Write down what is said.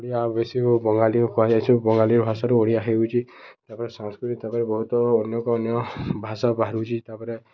ଓଡ଼ିଆ ବେଶି ବଙ୍ଗାଳୀ କୁହାଯାଇଛି ବଙ୍ଗାଳୀ ଭାଷାରୁ ଓଡ଼ିଆ ହେଉଛି ତା'ପରେ ସାଂସ୍କୃତି ତା'ପରେ ବହୁତ ଅନ୍ୟକୁ ଅନ୍ୟ ଭାଷା ବାହାରୁଛି ତା'ପରେ